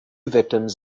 victims